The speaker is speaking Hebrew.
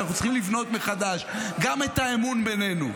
אנחנו צריכים לבנות מחדש גם את האמון בינינו,